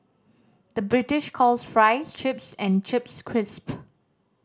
the British calls fries chips and chips crisps